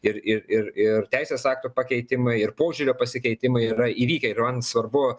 ir teisės aktų pakeitimai ir požiūrio pasikeitimai yra įvykę ir man svarbu